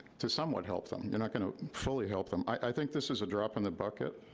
to somewhat help them you're not gonna fully help them. i think this is a drop in the bucket.